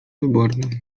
wyborne